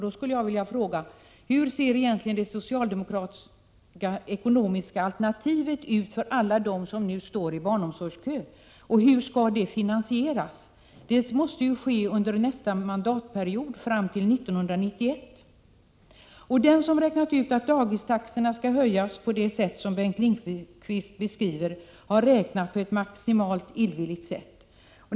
Då skulle jag vilja fråga: Hur ser egentligen det socialdemokratiska ekonomiska alternativet ut för alla dem som nu står i barnomsorgskön, och hur skall det finansieras? Detta måste ju ske under nästa mandatperiod, fram till 1991. Den som räknat ut att dagistaxorna skall höjas på det sätt som Bengt Lindqvist beskriver har räknat på ett maximalt illvilligt sätt.